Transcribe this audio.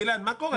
גלעד, מה קורה?